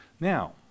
Now